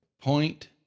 point